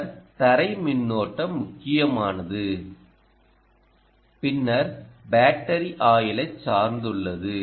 பின்னர் தரை மின்னோட்டம் முக்கியமானது பின்னர் பேட்டரி ஆயுளை சார்ந்துள்ளது